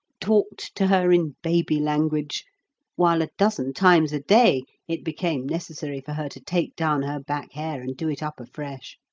talked to her in baby language while a dozen times a day it became necessary for her to take down her back hair and do it up afresh.